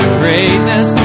greatness